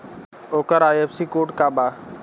ओकर IFSC code का बा?